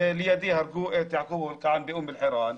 לידי הרגו את יעקוב אבו אל-קיאען באום אל-חיראן,